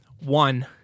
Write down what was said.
One